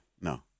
No